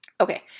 Okay